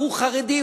הוא חרדי,